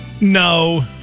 no